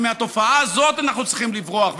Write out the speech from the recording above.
ומהתופעה הזאת אנחנו צריכים לברוח,